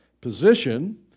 Position